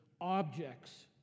objects